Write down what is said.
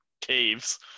caves